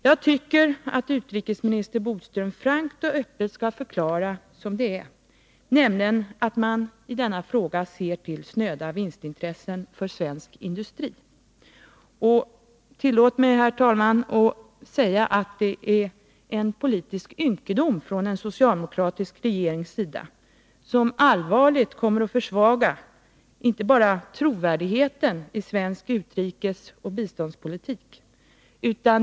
Jag tycker att utrikesminister Bodström frankt och öppet skall förklara som det är, nämligen att man i denna fråga ser till snöda vinstintressen för svensk industri. Tillåt mig, herr talman, att säga att det är en politisk ynkedom av en socialdemokratisk regering, som allvarligt kommer att försvaga trovärdigheten i svensk utrikesoch biståndspolitik.